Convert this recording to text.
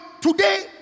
today